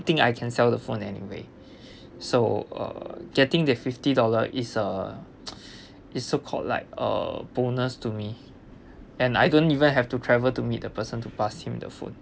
I think I can sell the phone anyway so uh getting the fifty dollar is uh is so called like a bonus to me and I don't even have to travel to meet the person to pass him the phone